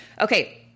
Okay